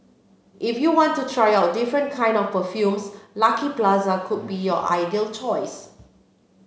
if you want to try out different kind of perfumes Lucky Plaza could be your ideal choice